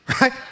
right